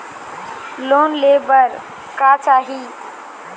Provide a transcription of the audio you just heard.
Loan ले बार का चाही?